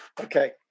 Okay